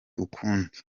ukundi